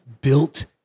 built